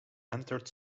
entered